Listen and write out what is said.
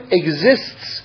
exists